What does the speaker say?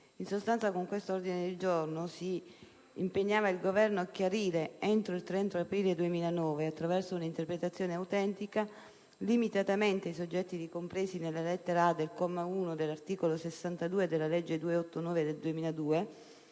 In sostanza, con tale ordine del giorno si impegnava il Governo a chiarire, entro il 30 aprile 2009, attraverso un'interpretazione autentica, limitatamente ai soggetti ricompresi nella lettera *a)* del comma 1 dell'articolo 62 della legge n. 289 del 2002,